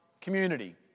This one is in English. Community